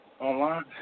Online